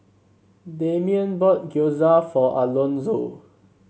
Damien bought Gyoza for Alonzo